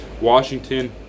Washington